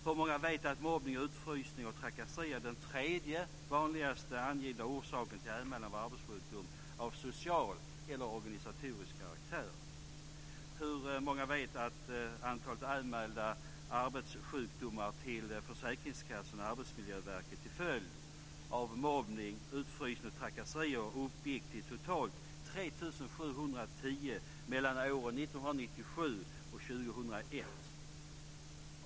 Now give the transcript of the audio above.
Hur många vet att mobbning, utfrysning och trakasserier är den tredje vanligaste angivna orsaken till anmälan av arbetssjukdom av social eller organisatorisk karaktär? Hur många vet att antalet anmälda arbetssjukdomar till försäkringskassan och Arbetsmiljöverket till följd av mobbning, utfrysning och trakasseri uppgick till totalt 3 710 mellan åren 1997 och 2001?